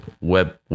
web